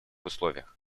условиях